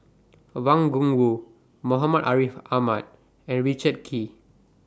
Wang Gungwu Muhammad Ariff Ahmad and Richard Kee